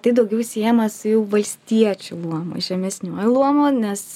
tai daugiau siejama su jau valstiečių luomu žemesniuoju luomu nes